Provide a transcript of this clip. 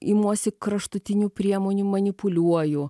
imuosi kraštutinių priemonių manipuliuoju